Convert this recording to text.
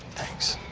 thanks.